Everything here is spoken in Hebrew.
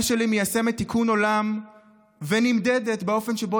ישראל שלי מיישמת תיקון עולם ונמדדת באופן שבו